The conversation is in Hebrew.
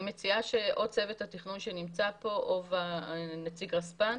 אני מציעה שאו צוות התכנון שנמצא כאן או נציג רספ"ן